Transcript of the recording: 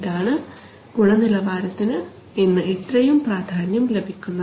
അതാണ് ഗുണനിലവാരത്തിന് ഇന്ന് ഇത്രയും പ്രാധാന്യം ലഭിക്കുന്നത്